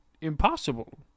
impossible